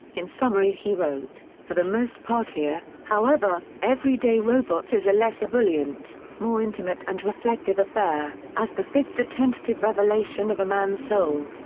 in summary he wrote for the most part here, however, everyday robots is a less ebullient, more intimate and reflective affair, as befits the tentative revelation of a man's soul.